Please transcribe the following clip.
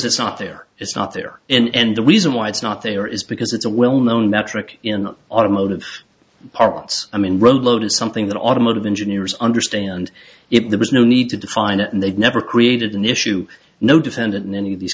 it's not there it's not there and the reason why it's not there is because it's a well known that trick in automotive parts i mean road load is something that automotive engineers understand if there was no need to define it and they've never created an issue no defendant in any of these